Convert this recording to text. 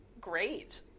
great